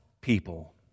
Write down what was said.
people